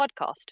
podcast